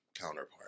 counterpart